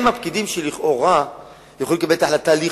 הם הפקידים שלכאורה יכולים לקבל את ההחלטה,